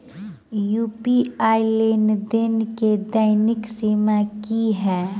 UPI लेनदेन केँ दैनिक सीमा की है?